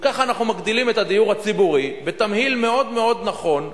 וככה אנחנו מגדילים את הדיור הציבורי בתמהיל מאוד מאוד נכון.